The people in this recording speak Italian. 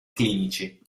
clinici